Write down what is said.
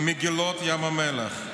מגילות ים המלח.